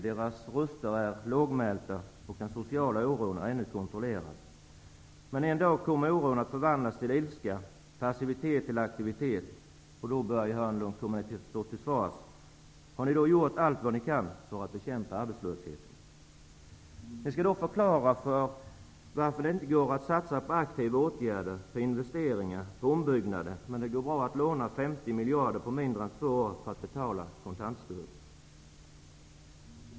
Deras röster är lågmälda, och den sociala oron är ännu kontrollerad. Men en dag kommer oron att förvandlas till ilska och passiviteten till aktivitet. Då, Börje Hörnlund, får ni stå till svars. Har ni då gjort allt ni kan för att bekämpa arbetslösheten? Ni skall då förklara varför det inte går att satsa på aktiva åtgärder, på investeringar och på ombyggnader, medan det går bra att låna 50 miljarder kronor på mindre än två år för att betala kontantstöden.